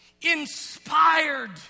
inspired